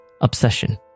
obsession